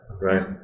right